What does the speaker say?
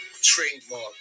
trademark